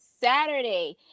Saturday